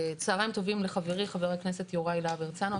צוהריים טובים לחברי, חבר הכנסת יוראי להב הרצנו.